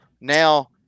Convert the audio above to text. now